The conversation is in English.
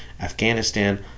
Afghanistan